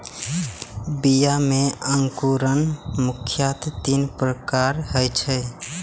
बीया मे अंकुरण मुख्यतः तीन प्रकारक होइ छै